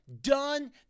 done